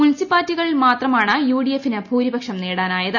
മുനിസിപ്പാലിറ്റികളിൽ മാത്രമാണ് യുഡിഎഫിന് ഭൂരിപക്ഷം നേടാനായത്